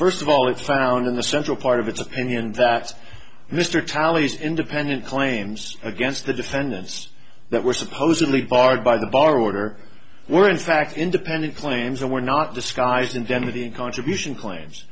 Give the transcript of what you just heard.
first of all it's found in the central part of its opinion that mr tallies independent claims against the defendants that were supposedly barred by the bar order were in fact independent claims that were not the skies in denver the contribution claims